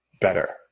better